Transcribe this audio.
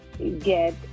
Get